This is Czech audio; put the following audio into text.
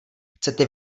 chcete